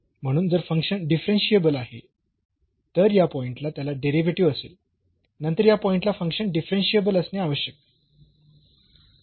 म्हणून जर function differentiable आहे तर या पॉईंटला त्याला डेरिव्हेटिव्ह असेल नंतर या पॉईंटला फंक्शन डिफरन्शियेबल असणे आवश्यक आहे